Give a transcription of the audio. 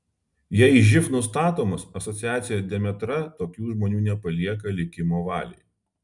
jei živ nustatomas asociacija demetra tokių žmonių nepalieka likimo valiai